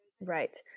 Right